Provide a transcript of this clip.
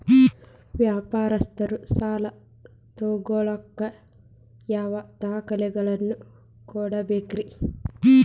ವ್ಯಾಪಾರಸ್ಥರು ಸಾಲ ತಗೋಳಾಕ್ ಯಾವ ದಾಖಲೆಗಳನ್ನ ಕೊಡಬೇಕ್ರಿ?